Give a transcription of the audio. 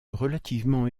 relativement